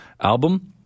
album